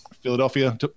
Philadelphia